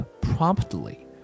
promptly